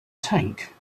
tank